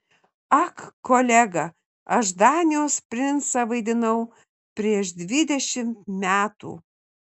ak kolega aš danijos princą vaidinau prieš dvidešimt metų